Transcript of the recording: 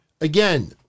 Again